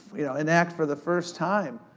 you know, enact for the first time,